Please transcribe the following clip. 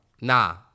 Nah